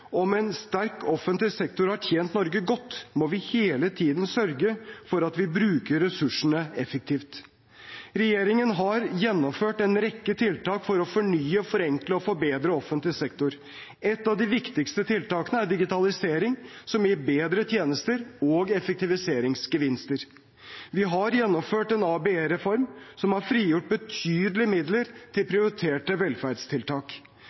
om en sterk offentlig sektor har tjent Norge godt, må vi hele tiden sørge for at vi bruker ressursene effektivt. Regjeringen har gjennomført en rekke tiltak for å fornye, forenkle og forbedre offentlig sektor. Et av de viktigste tiltakene er digitalisering, som gir bedre tjenester og effektiviseringsgevinster. Vi har gjennomført en ABE-reform som har frigjort betydelige midler til prioriterte velferdstiltak.